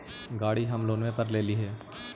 गाड़ी हम लोनवे पर लेलिऐ हे?